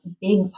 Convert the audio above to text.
big